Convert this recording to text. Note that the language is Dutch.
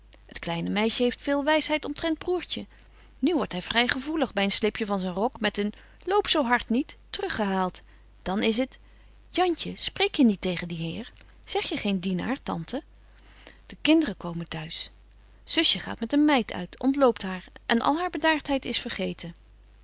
het kleine meisje heeft veel wysheid omtrent broêrtje nu wordt hy vry gevoelig by een slipje van zyn rok met een loop zo hart niet te rug gehaalt dan is t jantje spreek je niet tegen dien heer zeg je geen dienaar tante de kinderen komen t'huis zusje gaat met een meid uit ontloopt haar en al haar bedaartheid is vergeten